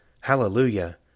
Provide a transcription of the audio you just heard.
Hallelujah